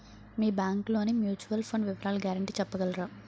మీ bank లోని mutual fund వివరాల guarantee చెప్పగలరా?